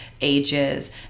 ages